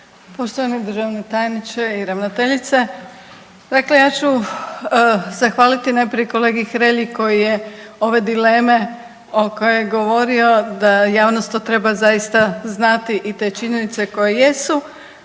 poštovani državni tajniče i ravnateljice, dakle ja ću zahvaliti najprije kolegi Hrelji koji je ove dileme o kojoj je govorio da javnost to treba zaista znati i te činjenice koje jesu,